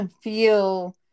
feel